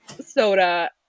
soda